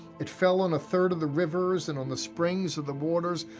it fell on a third of the rivers and on the springs of the waters.